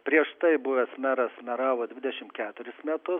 prieš tai buvęs meras meravo dvidešimt keturis metus